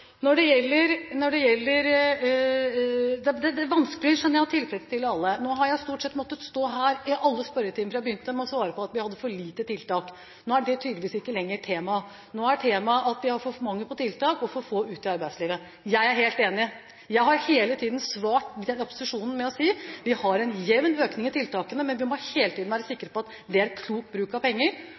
Det er vanskelig, skjønner jeg, å tilfredsstille alle. Nå har jeg stort sett måttet stå her i alle spørretimer fra jeg begynte og svare på at vi har for lite tiltak. Nå er det tydeligvis ikke lenger temaet. Nå er temaet at vi har for mange på tiltak og for få ute i arbeidslivet. Jeg er helt enig: Jeg har hele tiden svart opposisjonen med å si at vi har en jevn økning i tiltakene. Men vi må hele tiden være sikre på at det er klok bruk av penger.